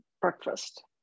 breakfast